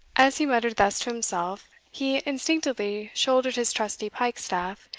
as he muttered thus to himself, he instinctively shouldered his trusty pike-staff,